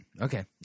okay